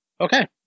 Okay